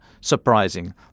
surprising